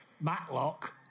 Matlock